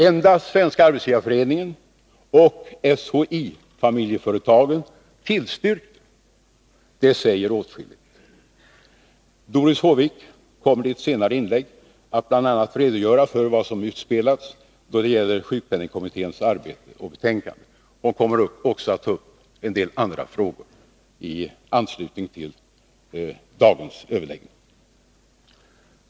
Endast SAF och SHIO -— familjeföretagen — tillstyrkte. Det säger åtskilligt. Doris Håvik kommer i ett senare inlägg att bl.a. redogöra för vad som utspelats då det gäller sjukpenningkommitténs arbete och betänkande. Hon kommer också att ta upp en del andra frågor i anslutning till det som dagens överläggningar gäller.